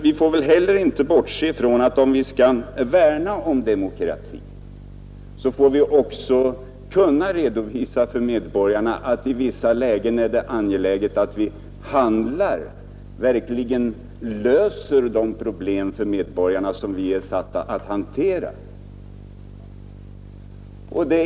Vi får nog inte bortse ifrån att om vi skall värna om demokratin, så bör vi också kunna redovisa för medborgarna att vissa lägen kräver snabb handling om vi verkligen skall kunna lösa de problem som vi är satta att arbeta med.